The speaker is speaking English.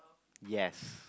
yes